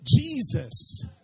Jesus